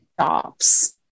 stops